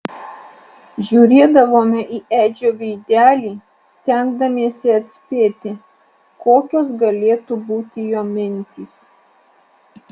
žiūrėdavome į edžio veidelį stengdamiesi atspėti kokios galėtų būti jo mintys